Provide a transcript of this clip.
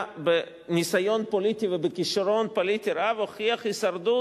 בניסיון פוליטי ובכשרון פוליטי רב הוא הוכיח הישרדות,